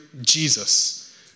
Jesus